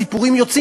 סיפורים יוצאים,